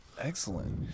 excellent